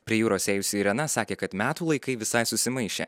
prie jūros ėjusi irena sakė kad metų laikai visai susimaišė